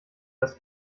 das